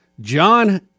John –